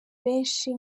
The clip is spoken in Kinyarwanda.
benshi